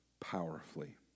powerfully